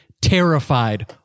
terrified